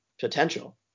potential